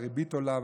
הריבית עולה,